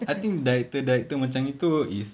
I think director director macam gitu is